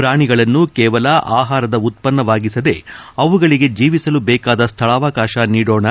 ಪ್ರಾಣಿಗಳನ್ನು ಕೇವಲ ಆಹಾರದ ಉತ್ಪನ್ನವಾಗಿಸದೇ ಅವುಗಳಗೆ ಜೀವಿಸಲು ಬೇಕಾದ ಸ್ಥಳಾವಕಾಶ ನೀಡೋಣ